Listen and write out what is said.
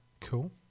Cool